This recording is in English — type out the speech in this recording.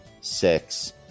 six